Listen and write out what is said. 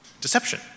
Deception